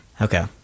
Okay